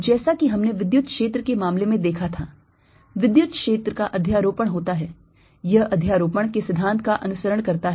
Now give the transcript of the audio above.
जैसा कि हमने विद्युत क्षेत्र के मामले में देखा था विद्युत क्षेत्र का अध्यारोपण होता है यह अध्यारोपण के सिद्धांत का अनुसरण करता है